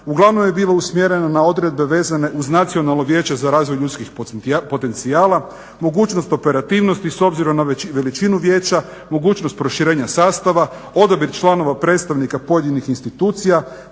uglavnom je bila usmjerena na odredbe vezane uz nacionalno vijeće za razvoj ljudskih potencijala, mogućnost operativnosti s obzirom na veličinu vijeću, mogućnost proširenja sastava, odabir članova predstavnika pojedinih institucija,